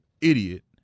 Idiot